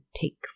take